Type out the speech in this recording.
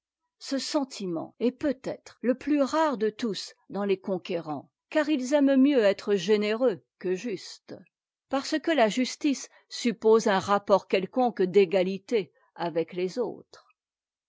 ce sentiment est peut-être le plus rare de tous dans les conquérants car ils aiment mieux être généreux que justes parce que la justice suppose un rapport quelconque d'égalité avec les autres